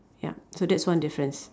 yup so that's one difference